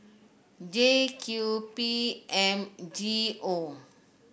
J Q P M G O